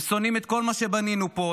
הם שונאים את כל מה שבנינו פה,